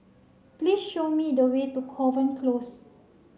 please show me the way to Kovan Close